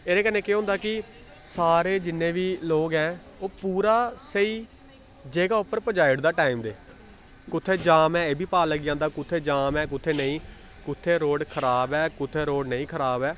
एह्दे कन्नै केह् होंदा कि सारे जिन्ने बी लोग ऐं ओह् पूरा स्हेई ज'गा उप्पर पजाई ओड़दा टाइम दे कु'त्थै जाम ऐ एह् बी पता लग्गी जांदा कु'त्थै जाम ऐ कु'त्थै नेईं कु'त्थै रोड़ खराब ऐ कु'त्थै रोड नेईं खराब ऐ